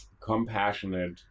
compassionate